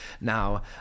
now